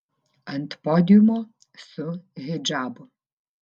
ant podiumo su hidžabu